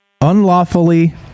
Unlawfully